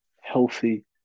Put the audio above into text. healthy